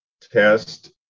test